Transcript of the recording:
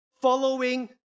following